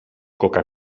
coca